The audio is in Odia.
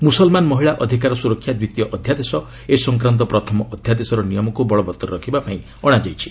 ମୁସଲମାନ ମହିଳା ଅଧିକାର ସୁରକ୍ଷା ଦ୍ୱିତୀୟ ଅଧ୍ୟାଦେଶ ଏ ସଂକ୍ରାନ୍ତ ପ୍ରଥମ ଅଧ୍ୟାଦେଶର ନିୟମକୁ ବଳବତ୍ତର ରଖିବା ପାଇଁ ଅଣାଯାଇଛି